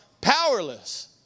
Powerless